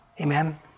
amen